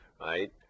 right